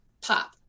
pop